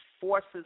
forces